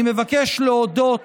אני מבקש להודות